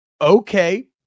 okay